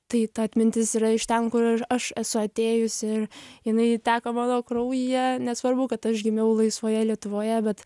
tai ta atmintis yra iš ten kur ir aš esu atėjus ir jinai teka mano kraujyje nesvarbu kad aš gimiau laisvoje lietuvoje bet